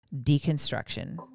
deconstruction